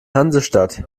hansestadt